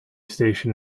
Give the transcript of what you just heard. station